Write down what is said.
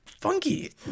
funky